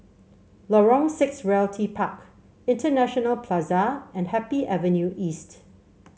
Lorong Six Realty Park International Plaza and Happy Avenue East